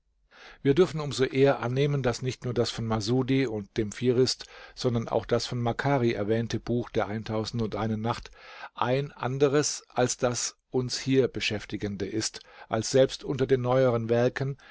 wir dürfen um so eher annehmen daß nicht nur das von masudi und dem fihrist sondern auch das von makari erwähnte buch der nacht ein anderes als das uns hier beschäftigende ist als selbst unter den neueren werken